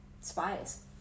spies